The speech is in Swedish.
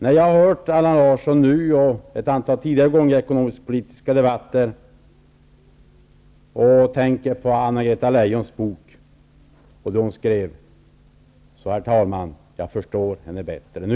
När jag hörde Allan Larsson nu och ett antal tidigare gånger i ekonomisk-politiska debatter så tänkte jag på den bok Anna-Greta Leijon skrev. Jag förstår henne bättre nu.